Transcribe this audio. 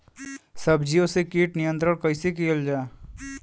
सब्जियों से कीट नियंत्रण कइसे कियल जा?